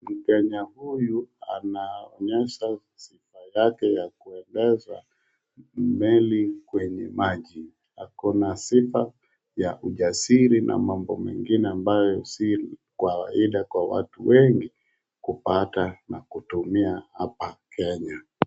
Mkenya huyu anaonyesha sifa yake ya kuendesha meli kwenye maji, ako na sifa ya ujasiri na mambo mengine ambayo si kawaida kwa watu wengi kupata na kutumia hapa Kenya.